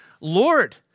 Lord